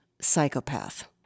psychopath